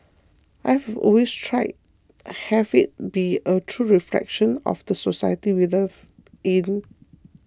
I've always tried have it be a true reflection of the society we live in